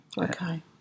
okay